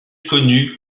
connu